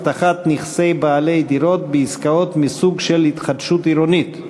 הבטחת נכסי בעלי דירות בעסקאות מסוג של התחדשות עירונית),